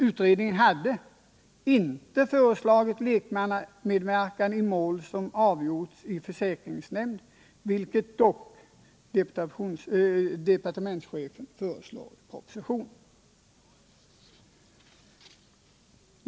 Utredningen hade inte föreslagit lekmannamedverkan i mål som avgjorts i försäkringsrätterna, vilket dock departementschefen föreslår i propositionen.